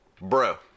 Bro